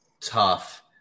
tough